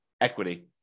equity